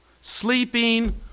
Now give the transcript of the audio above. Sleeping